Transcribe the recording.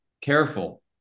careful